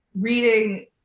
reading